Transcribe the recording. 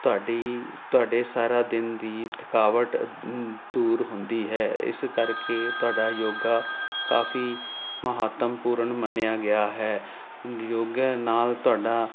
ਤੁਹਾਡੀ ਤੁਹਾਡੇ ਸਾਰਾ ਦਿਨ ਦੀ ਥਕਾਵਟ ਦੂਰ ਹੁੰਦੀ ਹੈ ਇਸ ਕਰਕੇ ਤੁਹਾਡਾ ਯੋਗਾ ਕਾਫ਼ੀ ਮਹੱਤਵਪੂਰਨ ਮੰਨਿਆ ਗਿਆ ਹੈ ਯੋਗ ਨਾਲ ਤੁਹਾਡਾ